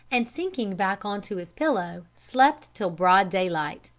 and sinking back on to his pillow, slept till broad daylight.